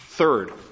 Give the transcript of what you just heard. Third